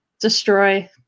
destroy